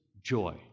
Joy